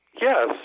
Yes